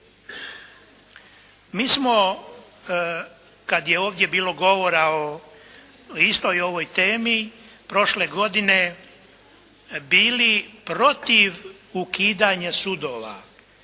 Mi smo kad je ovdje bilo govora o istoj ovoj temi prošle godine bili protiv ukidanja sudova